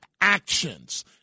actions